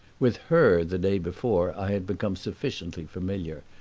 with her, the day before, i had become sufficiently familiar,